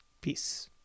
peace